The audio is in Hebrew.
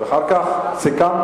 ואחר כך סיכמתם.